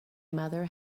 mother